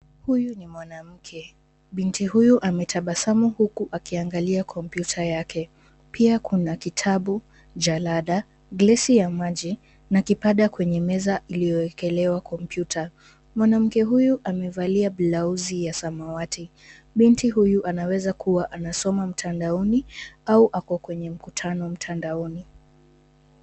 Huyu ni mwanamke .Binti huyu ametabasamu huku akiangalia kompyuta yake. Pia kuna kitabu, jalada, glasi ya maji na kipada kwenye meza iliyowekelewa kompyuta. Mwanamke huyu amevalia blauzi ya samawati. Binti huyu anaweza kuwa anasoma mtandaoni au ako kwenye mkutano mtandaoni.